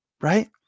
right